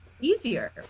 easier